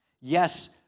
Yes